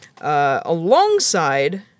alongside